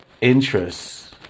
interests